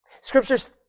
Scriptures